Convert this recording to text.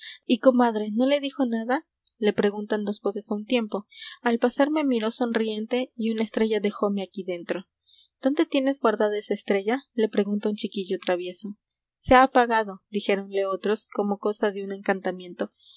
y de incienso y comadre no le dijo nada la preguntan dos voces a un tiempo al pasar me miró sonriente y una estrella dejóme aquí dentro dónde tienes guardada esa estrella la pregunta un chiquillo travieso se ha apagado dijéronle otros como cosa de un encantamiento